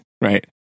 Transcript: Right